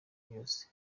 yose